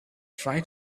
try